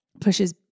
pushes